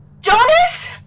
Jonas